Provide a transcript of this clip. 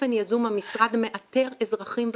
שבאופן יזום המשרד מאתר אזרחים ותיקים.